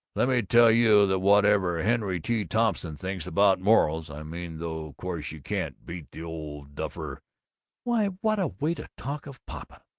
let me tell you that whatever henry t. thompson thinks about morals, i mean, though course you can't beat the old duffer why, what a way to talk of papa!